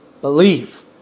believe